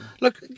look